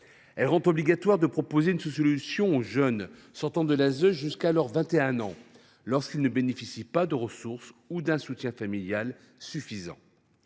Elle rend obligatoire de proposer une solution aux jeunes sortant de l’ASE jusqu’à leurs 21 ans lorsqu’ils ne bénéficient pas de ressources ou d’un soutien familial suffisants.